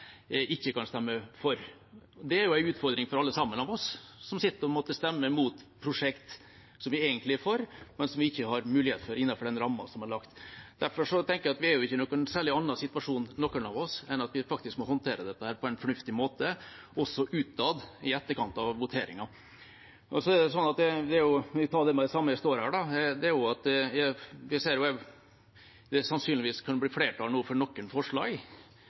ikke kan stemme for. Det er en utfordring for alle sammen av oss som må sitte og stemme imot prosjekt som vi egentlig er for, men som vi ikke har mulighet til innenfor rammen som er lagt. Derfor tenker jeg at vi er ikke i noen særlig annen situasjon, noen av oss. Vi må faktisk håndtere dette på en fornuftig måte – også utad i etterkant av voteringen. Så vil jeg si, med det samme jeg står her, at jeg ser at det sannsynligvis kan bli flertall for noen forslag, som det også for vår del er tilsynelatende greit å støtte. Det